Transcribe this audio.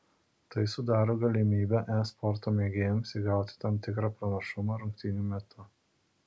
tai sudaro galimybę e sporto mėgėjams įgauti tam tikrą pranašumą rungtynių metu